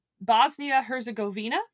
Bosnia-Herzegovina